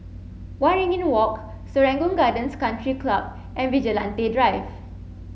Waringin Walk Serangoon Gardens Country Club and Vigilante Drive